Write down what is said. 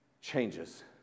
changes